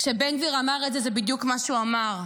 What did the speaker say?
כשבן גביר אמר את זה, זה בדיוק מה שהוא אמר.